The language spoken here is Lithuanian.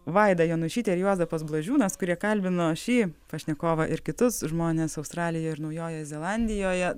vaida jonušytė ir juozapas blažiūnas kurie kalbino šį pašnekovą ir kitus žmones australijoj ir naujojoj zelandijoje